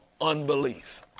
unbelief